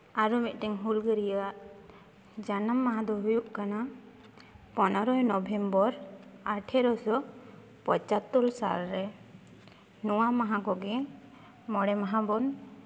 ᱟᱨ ᱢᱤᱫᱴᱤᱱ ᱦᱩᱞᱜᱟᱹᱨᱭᱟᱹ ᱟᱜ ᱡᱟᱱᱟᱢ ᱢᱟᱦᱟ ᱫᱚ ᱦᱩᱭᱩᱜ ᱠᱟᱱᱟ ᱯᱚᱱᱨᱚᱭ ᱱᱚᱵᱷᱮᱢᱵᱚᱨ ᱟᱴᱷᱮᱨᱚᱥᱚ ᱯᱚᱪᱟᱛᱛᱳᱨ ᱥᱟᱞᱨᱮ ᱱᱚᱣᱟ ᱢᱟᱦᱟ ᱠᱚᱜᱮ ᱢᱚᱬᱮ ᱢᱟᱦᱟ ᱵᱚᱱ